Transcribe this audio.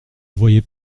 voyait